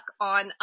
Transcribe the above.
on